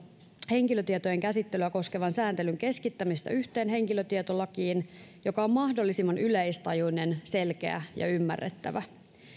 henkilötietojen käsittelyä koskevan sääntelyn keskittämistä yhteen henkilötietolakiin joka on mahdollisimman yleistajuinen selkeä ja ymmärrettävä